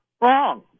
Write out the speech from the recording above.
wrong